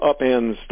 upends